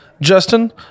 Justin